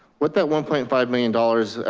what that one point five million dollars,